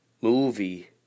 movie